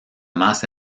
más